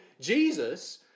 Jesus